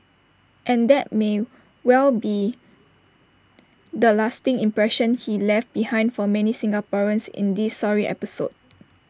and that may well be the lasting impression he left behind for many Singaporeans in this sorry episode